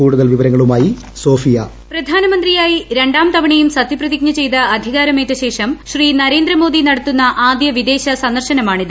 കൂടുതൽ വിവരങ്ങളുമായി വോയിസ് പ്രധാനമന്ത്രിയായി ര ാം തവണയും സത്യപ്രതിജ്ഞ ചെയ്ത് അധികാരമേറ്റ ശേഷം ശ്രീ നരേന്ദ്രമോദി നടത്തുന്ന ആദ്യ വിദേശ സന്ദർശനമാണിത്